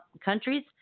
countries